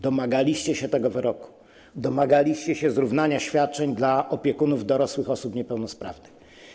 Domagaliście się tego wyroku, domagaliście się zrównania świadczeń dla opiekunów dorosłych osób niepełnosprawnych.